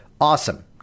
awesome